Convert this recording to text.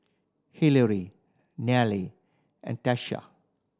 Hillery Nelia and Tyesha